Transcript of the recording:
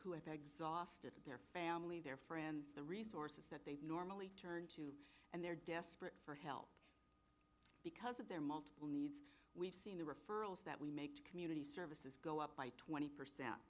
exhausted their family their friends the resources that they normally turn to and they're desperate for help because of their multiple needs we've seen the referrals that we make to community services go up by twenty percent